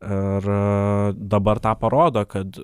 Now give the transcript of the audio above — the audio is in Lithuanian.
ir dabar tą parodo kad